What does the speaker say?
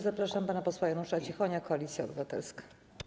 Zapraszam pana posła Janusza Cichonia, Koalicja Obywatelska.